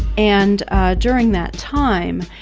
and during that time,